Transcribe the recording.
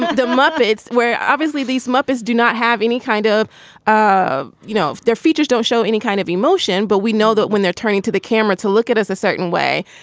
the muppets were obviously these muppets do not have any kind of of you know, their features don't show any kind of emotion. but we know that when they're turning to the camera to look at us a certain way,